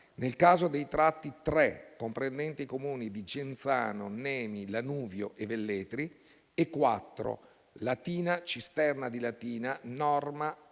Nel caso dei tratti 3 (comprendente i Comuni di Genzano, Nemi, Lanuvio e Velletri) e 4 (Latina, Cisterna di Latina, Norma,